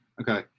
Okay